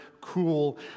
Cool